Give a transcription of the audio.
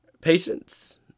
patience